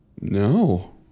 No